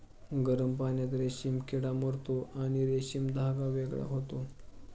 गरम पाण्यात रेशीम किडा मरतो आणि रेशीम धागा वेगळा होतो